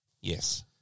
Yes